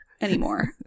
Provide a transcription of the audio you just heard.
anymore